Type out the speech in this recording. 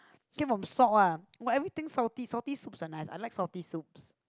came from salt what what anythings salty salty soup and like I like salty soup